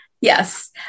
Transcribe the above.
Yes